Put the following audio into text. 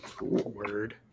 Word